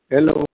hello